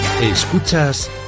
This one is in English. escuchas